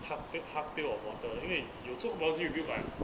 hard break 它 built on water 因为有种 policy review but